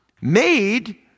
made